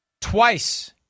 Twice